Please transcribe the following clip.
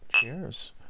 Cheers